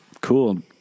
cool